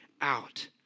out